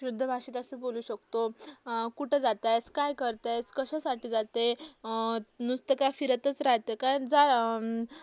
शुद्ध भाषेत असं बोलू शकतो कुठं जात आहेस काय करतेस कशासाठी जाते नुसतं काय फिरतच राहते का जा